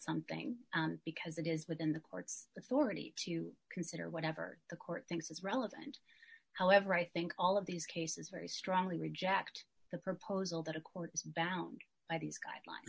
something because it is within the court's authority to consider whatever the court thinks is relevant however i think all of these cases very strongly reject the proposal that a court is bound by these guidelines